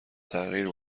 تغییر